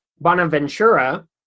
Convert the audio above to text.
Bonaventura